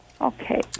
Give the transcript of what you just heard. Okay